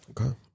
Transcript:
Okay